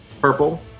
purple